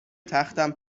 تختم